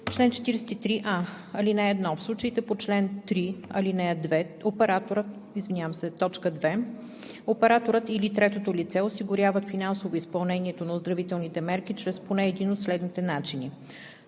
„Чл. 43а. (1) В случаите по чл. 3, т. 2 операторът или третото лице осигуряват финансово изпълнението на оздравителните мерки чрез поне един от следните начини: